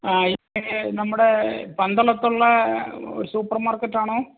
ആ ഇത് നമ്മുടെ പന്തളത്തുള്ള സൂപ്പർമാർക്കറ്റ് ആണോ